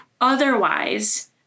otherwise